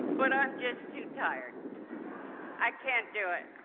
but i'm just too tired i can't do it.